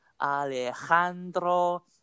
Alejandro